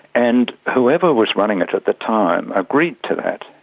and whoever was running it at the time agreed to that,